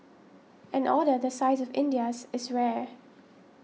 an order the size of India's is rare